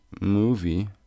movie